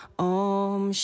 om